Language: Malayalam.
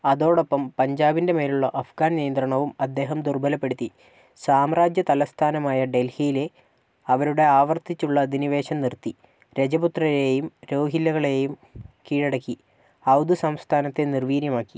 അതോടൊപ്പം പഞ്ചാബിന്റെ മേലുള്ള അഫ്ഗാൻ നിയന്ത്രണവും അദ്ദേഹം ദുർബലപ്പെടുത്തി സാമ്രാജ്യ തലസ്ഥാനമായ ഡൽഹിയിലെ അവരുടെ ആവർത്തിച്ചുള്ള അധിനിവേശം നിർത്തി രജപുത്രരെയും രോഹില്ലകളെയും കീഴടക്കി ഔധ് സംസ്ഥാനത്തെ നിർവീര്യമാക്കി